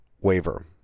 waiver